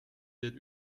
wird